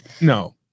No